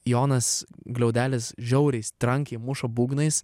jonas gliaudelis žiauriai trankiai muša būgnais